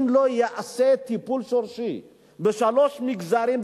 אם לא ייעשה טיפול שורשי בשלושה מגזרים,